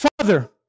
Father